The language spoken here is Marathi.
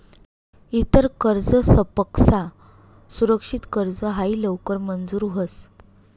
इतर कर्जसपक्सा सुरक्षित कर्ज हायी लवकर मंजूर व्हस